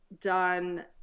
done